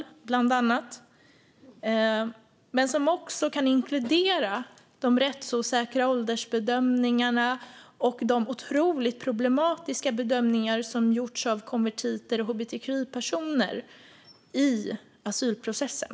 Utredningen kan även inkludera de rättsosäkra åldersbedömningarna och de otroligt problematiska bedömningar som gjorts av konvertiter och hbtqi-personer i asylprocessen.